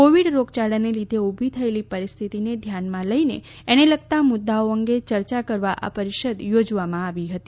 Covid રોગયાળાના લીધે ઉભી થયેલી પરિસ્થિતિને ધ્યાનમાં લઈને એને લગતા મુદ્દાઓ અંગે ચર્ચા કરવા આ પરિષદ યોજવામાં આવી હતી